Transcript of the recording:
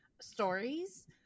stories